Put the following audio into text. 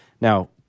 Now